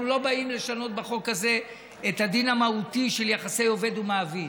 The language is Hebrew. אנחנו לא באים לשנות בחוק הזה את הדין המהותי של יחסי עובד ומעביד,